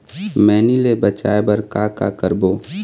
मैनी ले बचाए बर का का करबो?